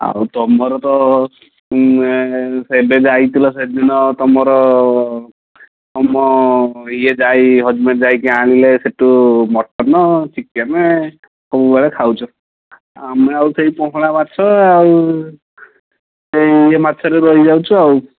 ଆଉ ତୁମର ତ ସେବେ ଯାଇଥିଲ ସେଦିନ ତୁମର ତୁମ ଇଏ ଯାଇ ହଜବେଣ୍ଡ୍ ଯାଇକି ଆଣିଲେ ସେଇଠୁ ମଟନ୍ ଚିକେନ୍ ସବୁବେଳେ ଖାଉଛ ଆମେ ଆଉ ସେହି ପୋହଳା ମାଛ ଆଉ ଇଏ ମାଛରେ ରହି ଯାଉଛୁ ଆଉ